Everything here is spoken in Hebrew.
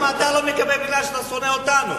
למה אתה לא מקבל כי אתה שונא אותנו?